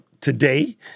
today